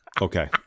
Okay